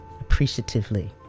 appreciatively